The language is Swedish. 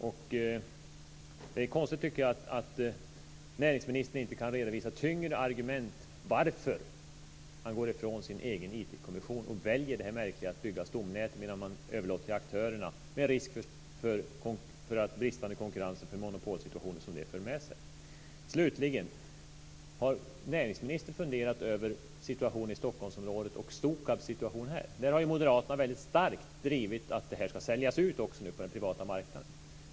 Det är konstigt att näringsministern inte kan redovisa tyngre argument för varför han går ifrån sin egen IT-kommission och väljer detta märkliga att bygga stomnät, medan man överlåter det andra till aktörerna, med den risk för bristande konkurrens och monopolsituationer som det för med sig. Slutligen: Har näringsministern funderat över situationen i Stockholmsområdet och Stokabs situation här? Moderaterna har ju väldigt starkt drivit att detta ska säljas ut på den privata marknaden.